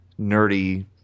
nerdy